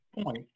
point